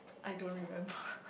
I don't remember